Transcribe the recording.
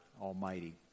Almighty